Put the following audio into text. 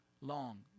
long